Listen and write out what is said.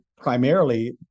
primarily